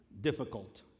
difficult